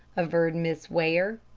averred miss ware.